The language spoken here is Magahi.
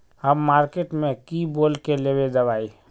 हम मार्किट में की बोल के लेबे दवाई?